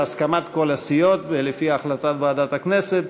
בהסכמת כל הסיעות ולפי החלטת ועדת הכנסת,